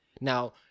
Now